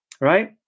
Right